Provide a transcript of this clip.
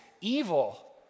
evil